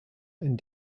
and